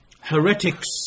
heretics